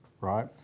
right